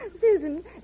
Susan